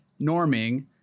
norming